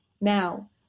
Now